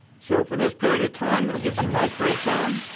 so for this period of time, it gives you a nice breakdown,